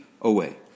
away